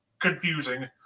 confusing